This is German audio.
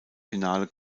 finale